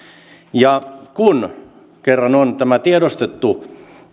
kun kerran on tämä tiedostettu